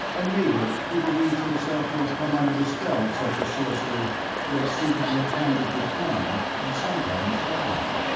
a native who believes himself to have come under the spell of such a sorcerer will sink into a kind of decline and sometimes die.